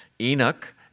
Enoch